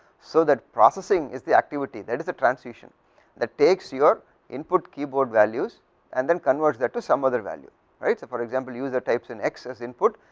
so, that processing is the activity that is the transition that takes your input keyboard values and then converts that to some other value right. so, for example, user types in excess input,